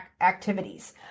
activities